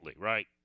right